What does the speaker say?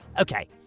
Okay